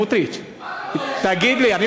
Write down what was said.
סמוטריץ, תגיד לי, מה אתה רוצה?